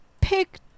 pick